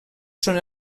són